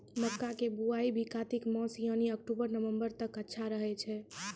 मक्का के बुआई भी कातिक मास यानी अक्टूबर नवंबर तक अच्छा रहय छै